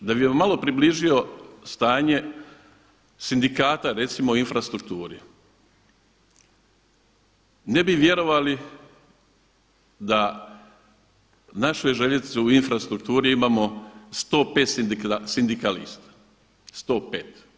Da bi vam malo približio stanje sindikata recimo u infrastrukturi, ne bi vjerovali da naše željeznice u infrastrukturi imamo 105 sindikalista, 105.